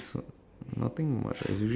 maybe thumbtacks